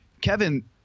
Kevin